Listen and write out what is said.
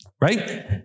right